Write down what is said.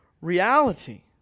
reality